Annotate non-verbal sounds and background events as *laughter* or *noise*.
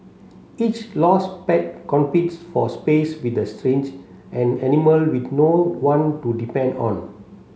each lost pet competes for space with a *unintelligible* an animal with no one to depend on